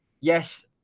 yes